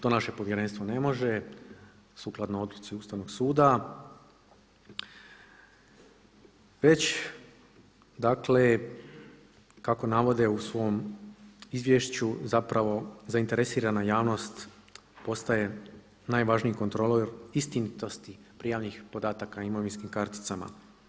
To naše Povjerenstvo ne može sukladno odluci Ustavnog suda već dakle kako navode u svom izvješću zapravo zainteresirana javnost postaje najvažniji kontrolor istinitosti prijavnih podataka u imovinskim karticama.